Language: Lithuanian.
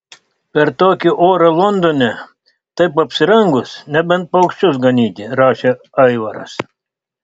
per tokį orą londone taip apsirengus nebent paukščius ganyti rašė aivaras